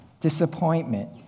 disappointment